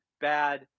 bad